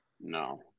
No